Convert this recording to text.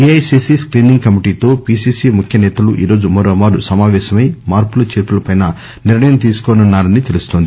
AICC screening కమిటీతో PCC ముఖ్య నేతలు ఈ రోజు మరోమారు సమావేశమై మార్పులు చేర్పులపై నిర్ణయం తీసుకోనున్సారని తెలుస్తోంది